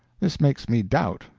this makes me doubt.